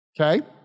okay